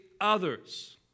others